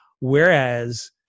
whereas